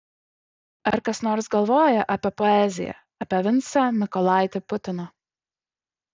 ar kas nors galvoja apie poeziją apie vincą mykolaitį putiną